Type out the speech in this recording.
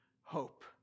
hope